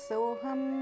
Soham